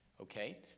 Okay